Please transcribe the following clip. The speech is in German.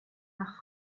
nach